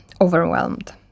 overwhelmed